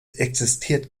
existiert